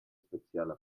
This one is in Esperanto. speciala